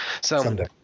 Someday